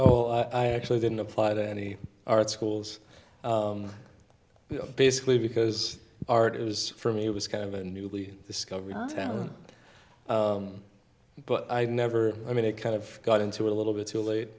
oh i actually didn't apply to any art schools basically because art is for me it was kind of a newly discovered but i never i mean it kind of got into a little bit too late